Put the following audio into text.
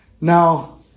Now